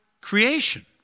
creation